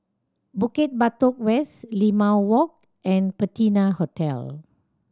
Bukit Batok West Limau Walk and Patina Hotel